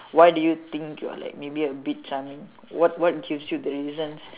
why do you think you're like maybe a bit charming what what gives you the reasons